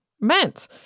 meant